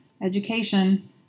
education